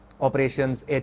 operations